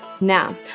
Now